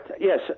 yes